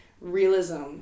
realism